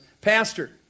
Pastor